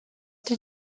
did